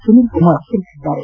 ಸುನೀಲ್ ಕುಮಾರ್ ಹೇಳಿದ್ದಾರೆ